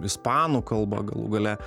ispanų kalba galų gale